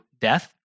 death